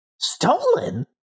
Stolen